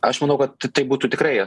aš manau kad tai būtų tikrai